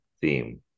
theme